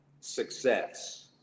success